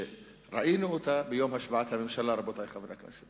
שראינו אותה ביום השבעת הממשלה, רבותי חברי הכנסת.